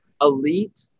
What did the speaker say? elite